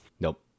Nope